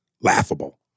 laughable